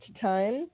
time